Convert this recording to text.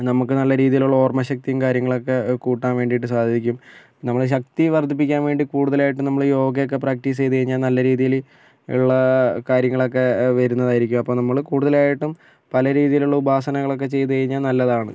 നമ്മക്ക് നല്ല രീതിയിലുള്ള ഓർമ്മശക്തീം കാര്യങ്ങളൊക്കെ കൂട്ടാൻ വേണ്ടീട്ട് സാധിക്കും നമ്മള് ശക്തി വർദ്ധിപ്പിക്കാൻ വേണ്ടി കൂടുതലായിട്ടും നമ്മള് യോഗായൊക്കെ പ്രാക്ടീസ് ചെയ്ത് കഴിഞ്ഞാൽ നല്ല രീതിയിൽ ഉള്ളാ കാര്യങ്ങളൊക്കെ വരുന്നതായിരിക്കും അപ്പോൾ നമ്മൾ കൂടുതലായിട്ടും പല രീതിയിലുള്ള ഉപാസനകളൊക്കെ ചെയ്ത് കഴിഞ്ഞാൽ നല്ലതാണ്